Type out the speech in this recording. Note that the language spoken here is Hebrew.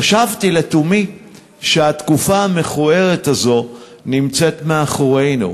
חשבתי לתומי שהתקופה המכוערת הזאת נמצאת מאחורינו.